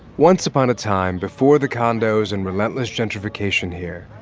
once upon a time, before the condos and relentless gentrification here,